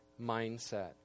mindset